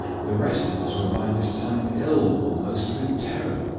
the rest of us were by this time ill almost with terror.